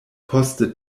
poste